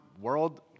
world